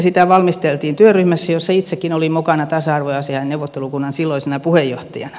sitä valmisteltiin työryhmässä jossa itsekin olin mukana tasa arvoasiainneuvottelukunnan silloisena puheenjohtajana